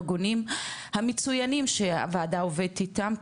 אני חושבת שאחד הארגונים המצוינים שהוועדה עובדת איתם,